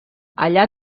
allà